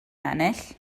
ennill